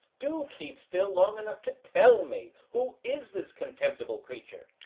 do keep still long enough to tell me. who is this contemptible creature?